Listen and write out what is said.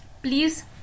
please